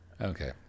okay